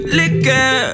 liquor